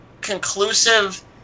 conclusive